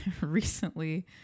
recently